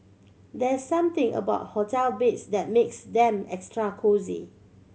there's something about hotel beds that makes them extra cosy